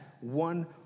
one